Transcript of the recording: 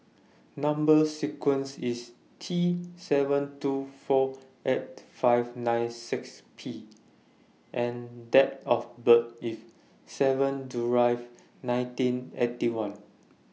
Number sequence IS T seven two four eight five nine six P and Date of birth IS seven July nineteen Eighty One